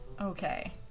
Okay